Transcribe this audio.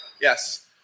Yes